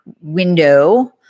window